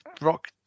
Rock